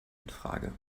infrage